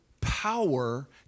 power